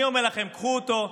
אני אומר לכם: קחו אותו.